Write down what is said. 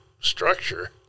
structure